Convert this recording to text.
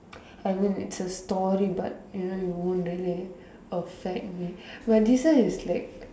I mean it's a story but you know it won't really affect me but this one is like